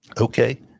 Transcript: okay